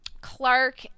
Clark